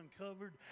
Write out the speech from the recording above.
uncovered